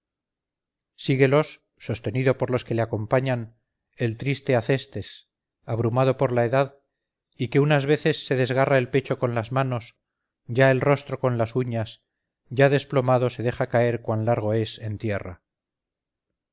síguelos sostenido por los que le acompañan el triste acestes abrumado por la edad y que unas veces se desgarra el pecho con las manos ya el rostro con las uñas ya desplomado se deja caer cuan largo es en tierra